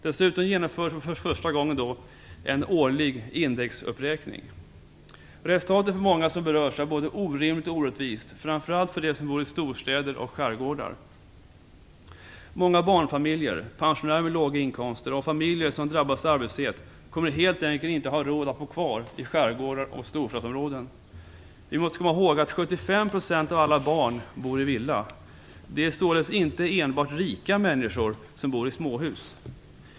Dessutom genomförs för första gången en årlig indexuppräkning. Resultatet för många som berörs är både orimligt och orättvist, framför allt de som bor i storstäder och i skärgårdar. Många barnfamiljer, pensionärer med låga inkomster och familjer som drabbas av arbetslöshet kommer helt enkelt inte att ha råd att bo kvar i skärgårdar och storstadsområden. Vi måste komma ihåg att 75 % av alla barn bor i villor. Det är således inte enbart rika människor som bor i småhus.